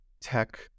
tech